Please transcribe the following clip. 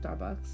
Starbucks